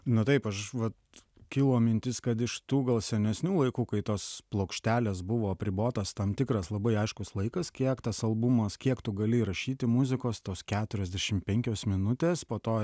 na taip aš vat kilo mintis kad iš tų gal senesnių laikų kai tos plokštelės buvo apribotas tam tikras labai aiškus laikas kiek tas albumas kiek tu gali įrašyti muzikos tos keturiasdešimt penkios minutės po to